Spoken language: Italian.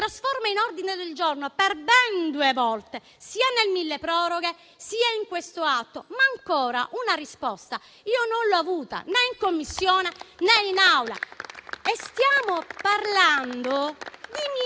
trasformato in ordine del giorno per ben due volte, sia nel milleproroghe sia in quest'atto. Io però una risposta ancora non l'ho avuta, né in Commissione, né in Aula, e stiamo parlando di miliardi